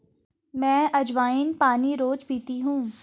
मैं अज्वाइन पानी रोज़ पीती हूँ